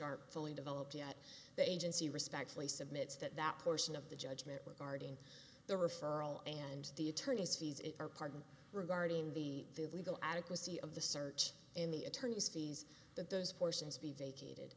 are fully developed yet the agency respectfully submit that that portion of the judgment regarding the referral and the attorney's fees are pardon regarding the legal adequacy of the search in the attorney's fees that those portions be vacated